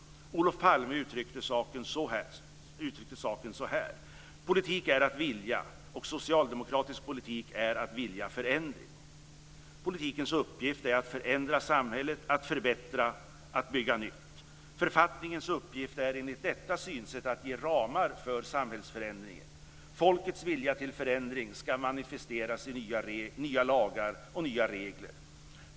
Olof Palme uttryckte saken så här: "Politik är att vilja och socialdemokratisk politik är att vilja förändring". Politikens uppgift är att förändra samhället, att förbättra och att bygga nytt. Författningens uppgift är enligt detta synsätt att ge ramar för samhällsförändringen. Folkets vilja till förändring ska manifesteras i nya lagar och nya regler.